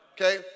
Okay